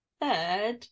third